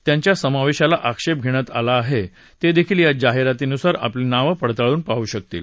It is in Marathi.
ज्यांच्या समावेशाला आक्षेप घेण्यात आला आहे ते देखील या जाहिरातीनुसार आपली नावं पडताळून पाहू शकतील